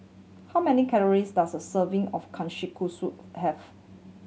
how many calories does a serving of Kushikatsu have